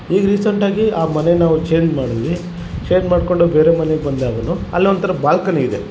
ಈಗ ರೀಸೆಂಟಾಗಿ ಆ ಮನೇನ ನಾವು ಚೇಂಜ್ ಮಾಡಿದ್ವಿ ಚೇಂಜ್ ಮಾಡ್ಕೊಂಡು ಬೇರೆ ಮನೆಗೆ ಬಂದಾಗ ಅಲ್ಲೊಂಥರ ಬಾಲ್ಕನಿ ಇದೆ